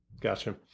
Gotcha